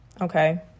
Okay